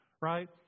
right